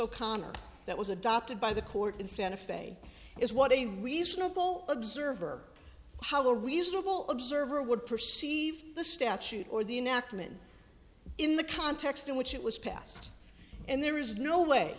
o'connor that was adopted by the court in santa fe is what a reasonable observer how a reasonable observer would perceive the statute or the nachman in the context in which it was passed and there is no way